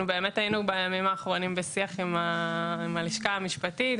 בימים האחרונים היינו בשיח עם הלשכה המשפטית,